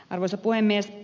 arvoisa puhemies